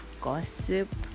gossip